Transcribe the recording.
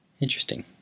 Interesting